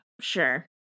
sure